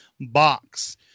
box